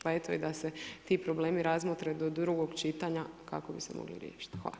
Pa eto, i da se ti problemi razmotre do drugog čitanja, kako bi se mogli riješiti.